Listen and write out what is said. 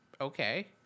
okay